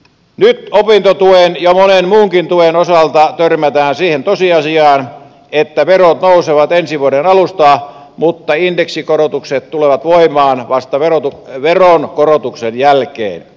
nyt opintotuen ja monen muunkin tuen osalta törmätään siihen tosiasiaan että verot nousevat ensi vuoden alusta mutta indeksikorotukset tulevat voimaan vasta veronkorotuksen jälkeen